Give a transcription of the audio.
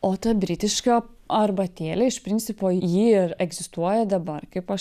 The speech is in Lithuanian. o ta britiška arbatėlė iš principo ji ir egzistuoja dabar kaip aš